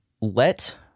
let